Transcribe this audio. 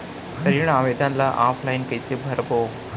ऋण आवेदन ल ऑफलाइन कइसे भरबो?